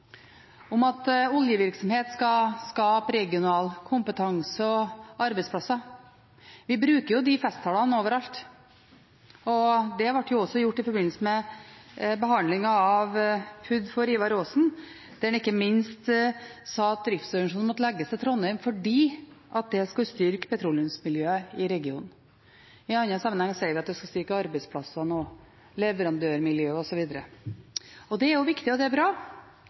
om at oljevirksomhet skal skape regional kompetanse og arbeidsplasser. Vi bruker de festtalene overalt, og det ble også gjort i forbindelse med behandlingen av PUD for Ivar Aasen, der en ikke minst sa at driftsorganisasjonen måtte legges til Trondheim fordi det skulle styrke petroleumsmiljøet i regionen. I andre sammenhenger sier vi at det skal styrke arbeidsplassene, leverandørmiljøet osv. Det er viktig, og det er bra.